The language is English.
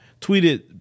tweeted